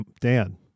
Dan